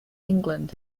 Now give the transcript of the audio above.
england